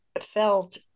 felt